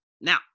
Now